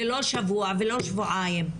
ולא שבוע ולא שבועיים,